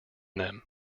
them